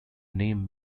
name